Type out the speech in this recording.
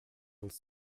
uns